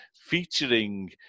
featuring